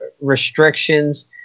restrictions